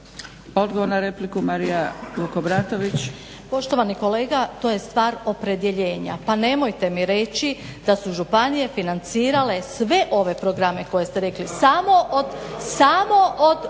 **Vukobratović, Marija (SDP)** Poštovani kolega to je stvar opredjeljenja. Pa nemojte mi reći da su županije financirale sve ove programe koje ste rekli, samo od